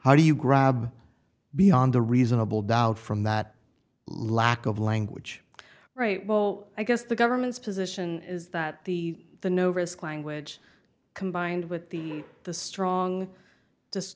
how do you grab beyond the reasonable doubt from that lack of language right well i guess the government's position is that the the no risk language combined with the the strong just